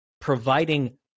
providing